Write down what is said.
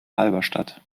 halberstadt